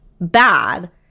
bad